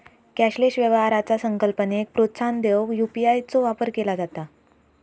cashless व्यवहाराचा संकल्पनेक प्रोत्साहन देऊक यू.पी.आय चो वापर केला जाता